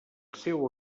seu